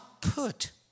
put